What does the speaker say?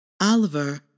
Oliver